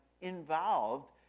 involved